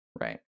Right